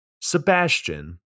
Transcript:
Sebastian